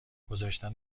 گذاشتن